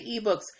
ebooks